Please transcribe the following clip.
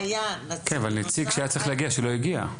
כן, אבל נציג שהיה צריך להגיע, שלא הגיע.